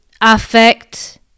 affect